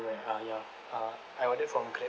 where uh ya uh I order from grab